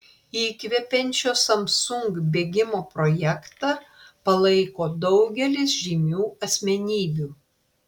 įkvepiančio samsung bėgimo projektą palaiko daugelis žymių asmenybių